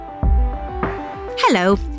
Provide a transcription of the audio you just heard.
Hello